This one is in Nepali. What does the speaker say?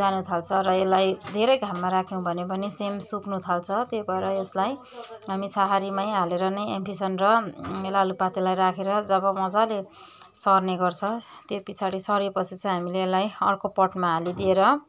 जानु थाल्छ र यसलाई धेरै घाममा राख्यौँ भने पनि सेम सुक्न थाल्छ त्यही भएर यसलाई हामी छाहारीमै हालेर नै एम्फिसन र लालुपातेलाई राखेर जब मज्जाले सर्ने गर्छ त्यो पछाडि सरेपछि चाहिँ हामीले यसलाई अर्को पटमा हालिदिएर